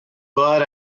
but